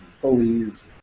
pulleys